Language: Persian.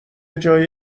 جای